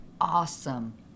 awesome